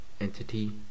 Entity